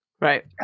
Right